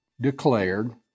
declared